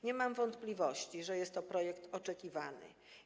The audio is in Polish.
Nie mam wątpliwości, że jest to projekt oczekiwany.